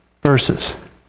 verses